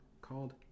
called